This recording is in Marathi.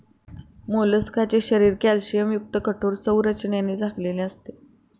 मोलस्काचे शरीर कॅल्शियमयुक्त कठोर संरचनेने झाकलेले असते